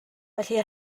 felly